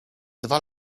dwa